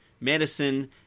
medicine